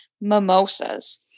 mimosas